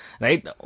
right